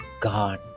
God